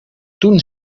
toen